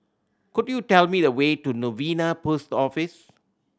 could you tell me the way to Novena Post Office